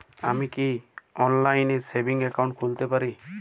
আমি কি অনলাইন এ সেভিংস অ্যাকাউন্ট খুলতে পারি?